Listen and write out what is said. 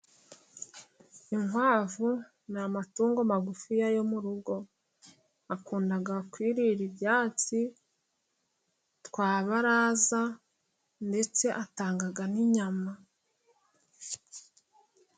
Inkwavu ni amatungo magufi yo mu rugo. Akunda kwirira ibyatsi ,baraza ndetse atanga n'inyama.